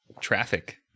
traffic